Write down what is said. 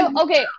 Okay